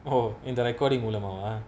oh இந்த:intha recording மூலமாவா:moolamaavaa